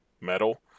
metal